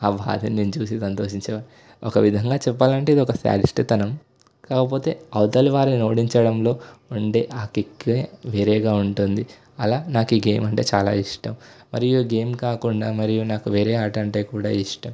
ఆ బాధని నేను చూసి సంతోషించే వాడిని ఒక విధంగా చెప్పాలంటే ఇది ఒక శాడిస్ట్ తనం కాకపోతే అవతల వారిని ఓడించడంలో ఉండే ఆ కిక్కే వేరేగా ఉంటుంది అలా నాకు ఈ గేమ్ అంటే చాలా ఇష్టం మరియు ఈ గేమ్ కాకుండా మరియు నాకు వేరే ఆటంటే కూడా ఇష్టం